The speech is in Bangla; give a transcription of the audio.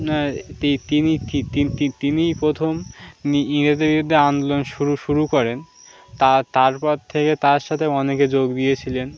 তিনি তিনিই প্রথম ইংরেজদের বিরুদ্ধে আন্দোলন শুরু শুরু করেন তা তারপর থেকে তার সাথে অনেকে যোগ দিয়েছিলেন